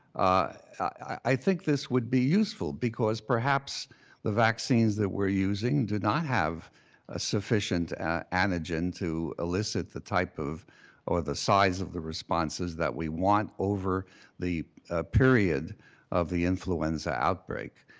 i think this would be useful because perhaps the vaccines that we're using do not have a sufficient antigen to elicit the type or the size of the responses that we want over the period of the influenza outbreak.